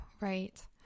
Right